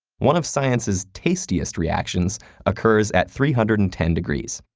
one of science's tastiest reactions occurs at three hundred and ten degrees.